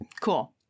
cool